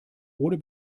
ohne